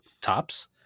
tops